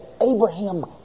Abraham